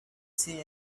say